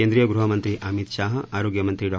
केंद्रीय गृहमंत्री अमित शाह आरोग्य मंत्री डॉ